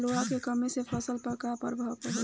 लोहा के कमी से फसल पर का प्रभाव होला?